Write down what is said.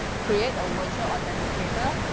create a virtual authenticator,